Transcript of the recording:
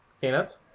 Peanuts